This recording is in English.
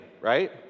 right